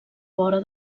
vora